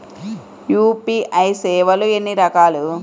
UPI సేవలు ఎన్నిరకాలు?